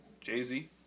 jay-z